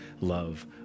love